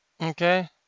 Okay